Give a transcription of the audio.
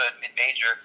mid-major